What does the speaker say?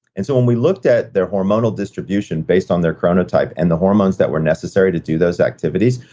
and so when we looked at their hormonal distribution based on their chronotype, and the hormones that were necessary to do those activities,